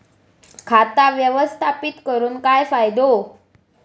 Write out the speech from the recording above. खाता व्यवस्थापित करून काय फायदो?